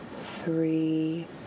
three